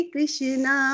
Krishna